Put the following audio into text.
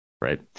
right